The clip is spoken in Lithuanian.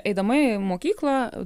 eidama į mokyklą